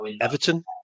Everton